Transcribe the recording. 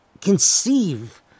conceive